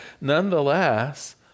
nonetheless